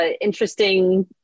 interesting